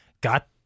got